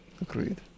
Agreed